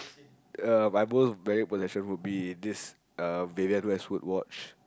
uh my most valued possession would be this uh Vivienne-Westwood watch